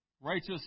righteous